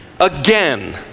again